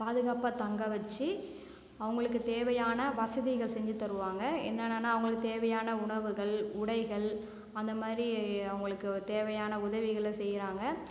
பாதுகாப்பாக தங்க வச்சு அவங்களுக்கு தேவையான வசதிகள் செஞ்சு தருவாங்க என்னென்னனா அவனுங்களுக்கு தேவையான உணவுகள் உடைகள் அந்த மாரி அவங்களுக்கு தேவையான உதவிகளை செய்யிறாங்க